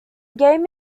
game